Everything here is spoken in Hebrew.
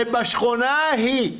ובשכונה ההיא,